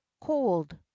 cold